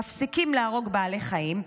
מפסיקים להרוג בעלי חיים,